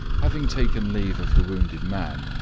having taken leave of the wounded man,